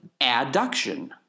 adduction